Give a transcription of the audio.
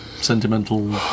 sentimental